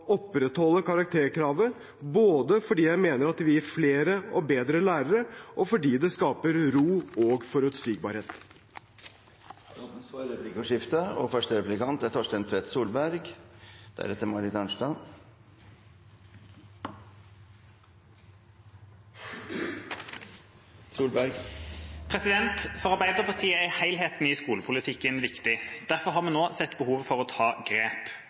opprettholde karakterkravet, både fordi jeg mener at det vil gi flere og bedre lærere, og fordi det skaper ro og forutsigbarhet. Det blir replikkordskifte. For Arbeiderpartiet er helheten i skolepolitikken viktig. Derfor har vi nå sett behovet for å ta grep.